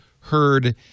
heard